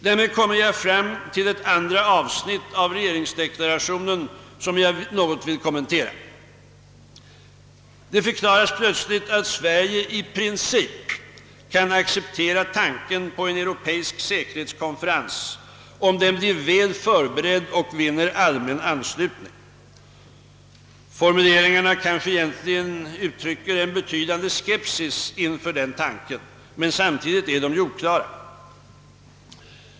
Därmed kommer jag till ett annat avsnitt av regeringsdeklarationen som jag vill något kommentera. Det förklaras där plötsligt att Sverige i princip kan acceptera tanken på en europeisk säkerhetskonferens, om den blir väl förberedd och vinner allmän anslutning. Formuleringarna kanske egentligen uttrycker en betydande skepsis inför den tanken, men samtidigt är de oklara.